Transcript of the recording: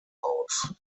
aus